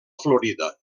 florida